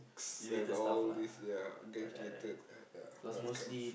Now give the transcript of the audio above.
s~ and all these ya gangs related uh ya not the kinds